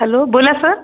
hello बोला sir